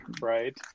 right